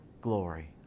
glory